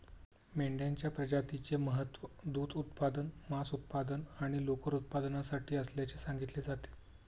मेंढ्यांच्या प्रजातीचे महत्त्व दूध उत्पादन, मांस उत्पादन आणि लोकर उत्पादनासाठी असल्याचे सांगितले जाते